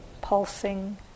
pulsing